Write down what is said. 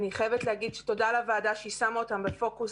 אני חייבת להגיד תודה לוועדה שהיא שמה אותם בפוקוס,